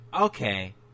okay